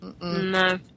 No